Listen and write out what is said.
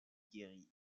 guérit